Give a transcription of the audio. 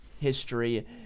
history